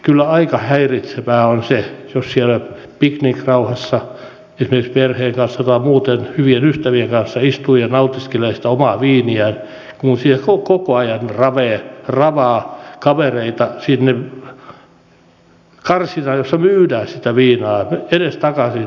kyllä aika häiritsevää on se jos siellä piknikrauhassa esimerkiksi perheen kanssa tai muuten hyvien ystävien kanssa istuu ja nautiskelee sitä omaa viiniään kun siellä koko ajan ravaa kavereita sinne karsinaan jossa myydään sitä viinaa edestakaisin